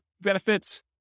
benefits